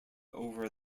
over